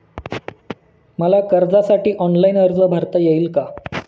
मला कर्जासाठी ऑनलाइन अर्ज भरता येईल का?